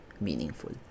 meaningful